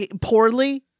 Poorly